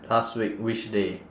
last week which day